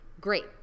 Great